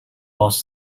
was